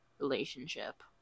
relationship